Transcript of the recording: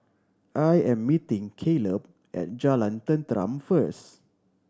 I am meeting Caleb at Jalan Tenteram first